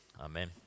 Amen